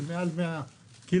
כי מעל 100 קילו-ואט